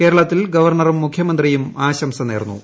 കേരളത്തിൽ ഗവർണറും മുഖ്യമന്ത്രിയും ആശംസ നേർന്നു